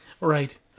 Right